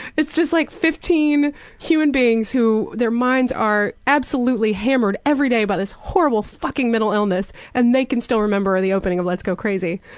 it's just like fifteen human beings who their minds are absolutely hammered every day by this horrible fucking mental illness, and they can still remember the opening of let's go crazy.